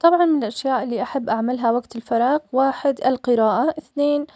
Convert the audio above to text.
طبعاً الأشياء اللي أحب أعملها وقت الفراغ, واحد, القراءة, إثنين,